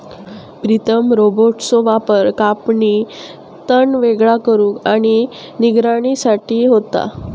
प्रीतम रोबोट्सचो वापर कापणी, तण वेगळा करुक आणि निगराणी साठी होता